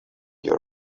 your